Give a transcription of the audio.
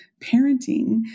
parenting